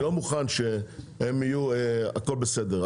אני לא מוכן שהם יהיו הכל בסדר.